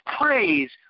praise